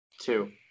two